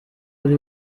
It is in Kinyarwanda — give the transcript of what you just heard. ari